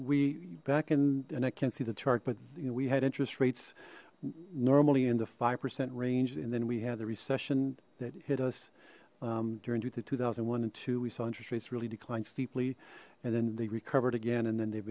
we back in and i can't see the chart but you know we had interest rates normally in the five percent range and then we had the recession that hit us during through to two thousand and one and to we saw interest rates really declined steeply and then they recovered again and then they've